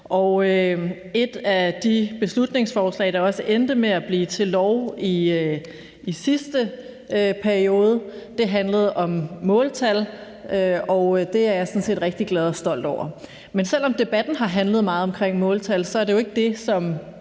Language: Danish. og et af de beslutningsforslag, der også endte med at blive til lov i sidste periode, handlede om måltal, og det er jeg sådan set rigtig glad for og stolt over. Men selv om debatten har handlet meget om måltal, er det jo ikke det, som